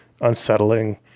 unsettling